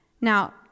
Now